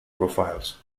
profiles